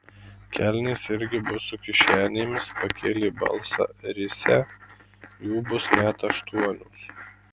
kelnės irgi bus su kišenėmis pakėlė balsą risią jų bus net aštuonios